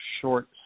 short